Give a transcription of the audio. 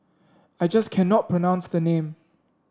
I just cannot pronounce the name